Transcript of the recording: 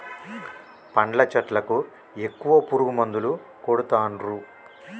పండ్ల చెట్లకు ఎక్కువ పురుగు మందులు కొడుతాన్రు